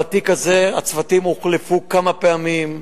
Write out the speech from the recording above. בתיק הזה הצוותים הוחלפו כמה פעמים,